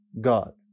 God